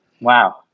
Wow